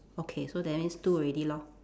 okay so that means two already lor